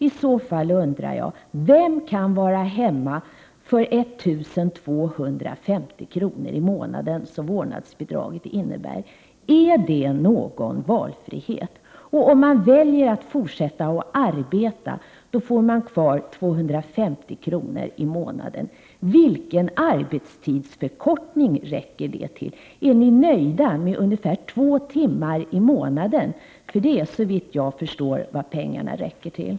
I så fall undrar jag: Vem kan vara hemma för 1 250 kr. i månaden — det är ju vad vårdnadsbidraget ger? Är det någon valfrihet? Om man väljer att fortsätta att arbeta, får man kvar 250 kr. i månaden. Vilken arbetstidsförkortning räcker det till? Är ni nöjda med ungefär två timmar i månaden? Det är, såvitt jag förstår, vad pengarna räcker till.